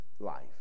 life